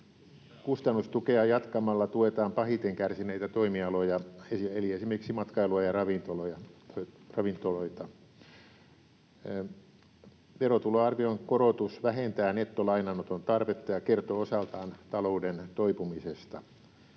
Kustannustukea jatkamalla tuetaan pahiten kärsineitä toimialoja eli esimerkiksi matkailua ja ravintoloita. Verotuloarvion korotus vähentää nettolainanoton tarvetta ja kertoo osaltaan talouden toipumisesta.